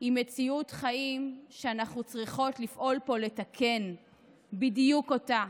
היא מציאות חיים שאנחנו צריכות לפעול פה כדי לתקן בדיוק אותה,